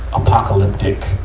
apocalyptic,